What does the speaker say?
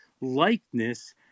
likeness